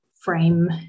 frame